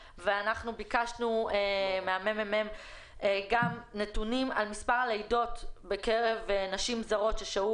ביקשנו ממרכז המחקר נתונים על מספר הלידות בקרב נשים זרות ששהו